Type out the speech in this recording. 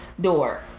door